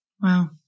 Wow